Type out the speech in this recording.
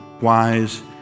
wise